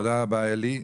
תודה רבה, אלי.